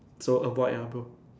so avoid ah bro